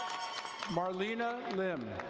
marlena limb.